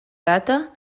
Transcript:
data